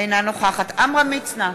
אינה נוכחת עמרם מצנע,